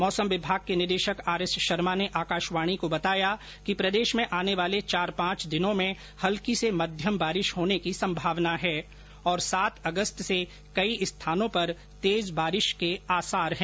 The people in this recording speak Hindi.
मौसम विभाग के निदेशक आर एस शर्मा ने आकाशवाणी को बताया कि प्रदेश में आने वाले चार पांच दिनों में हल्की से मध्यम बारिश होने की संभावना है और सात अगस्त से कई स्थानों पर तेज बारिश के आसार हैं